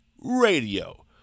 radio